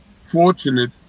fortunate